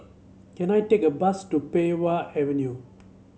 can I take a bus to Pei Wah Avenue